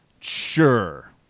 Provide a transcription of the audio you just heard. sure